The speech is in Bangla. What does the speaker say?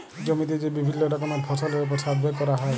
জমিতে যে বিভিল্য রকমের ফসলের ওপর সার্ভে ক্যরা হ্যয়